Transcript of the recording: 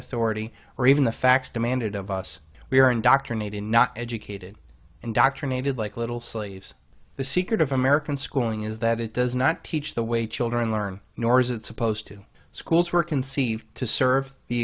authority or even the facts demanded of us we are indoctrinated not educated indoctrinated like little sleeze the secret of american schooling is that it does not teach the way children learn nor is it supposed to schools were conceived to serve the